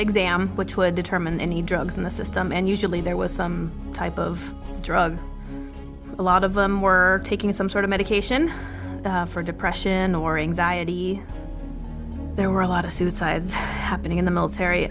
exam which would determine any drugs in the system and usually there was some type of drug a lot of them were taking some sort of medication for depression or anxiety there were a lot of suicides happening in the military